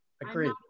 Agreed